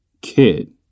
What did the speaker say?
kid